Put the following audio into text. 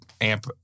amp